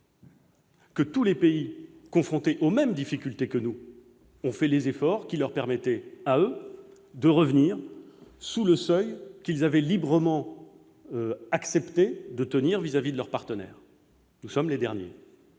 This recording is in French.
que tous les pays confrontés aux mêmes difficultés que nous ont fait les efforts nécessaires pour revenir sous le seuil qu'ils avaient librement accepté de respecter vis-à-vis de leurs partenaires. Nous sommes les derniers,